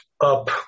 up